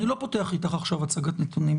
אני לא פותח איתך עכשיו הצגת נתונים.